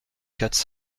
quatre